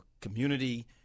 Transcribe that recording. community